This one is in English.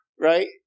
Right